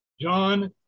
John